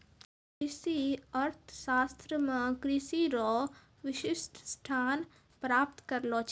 कृषि अर्थशास्त्र मे कृषि रो विशिष्ट स्थान प्राप्त करलो छै